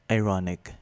ironic